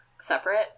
separate